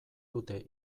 dute